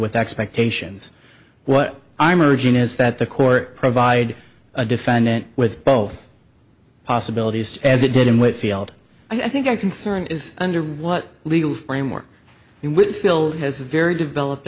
with expectations what i'm or gene is that the court provide a defendant with both possibilities as it did in what field i think i concern is under what legal framework he would feel has a very developed